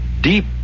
deep